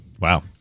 Wow